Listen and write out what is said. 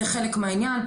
זה חלק מהעניין.